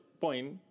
point